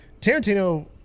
Tarantino